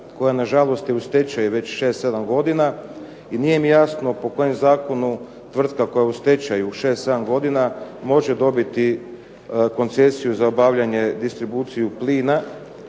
koja nažalost je u stečaju već 6,7 godina i nije mi jasno po kojem zakonu tvrtka koja je u stečaju 6,7 godina može dobiti koncesiju za obavljanje distribucije plina